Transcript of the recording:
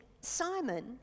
Simon